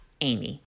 Amy